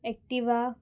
Activa